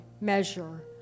measure